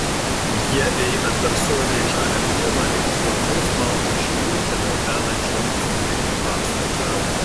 jie eina per sodriai žalią pievą link plataus balto žvyrkelio vedančio į centrinį pastatą